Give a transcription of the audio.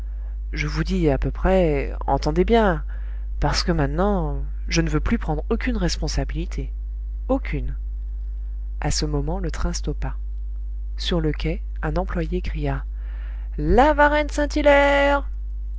je vous dis à peu près entendez bien parce que maintenant je ne veux plus prendre aucune responsabilité aucune a ce moment le train stoppa sur le quai un employé cria la